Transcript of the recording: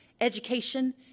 education